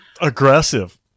Aggressive